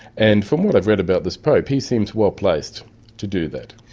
and from what i've read about this pope, he seems well placed to do that.